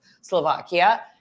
Slovakia